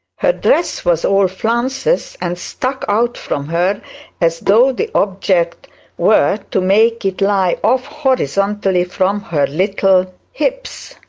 her dress was all flounces, and stuck out from her as though the object were to make it lie off horizontally from her little hips.